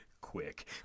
Quick